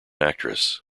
actress